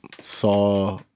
saw